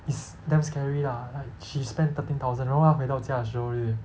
is damn scary lah like she spent thirteen thousand 然后她回到家的时候对不对